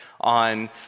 on